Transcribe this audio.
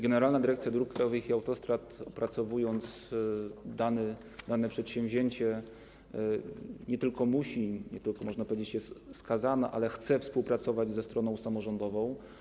Generalna Dyrekcja Dróg Krajowych i Autostrad, opracowując dane przedsięwzięcie, nie tylko musi, można powiedzieć: jest skazana, lecz także chce współpracować ze stroną samorządową.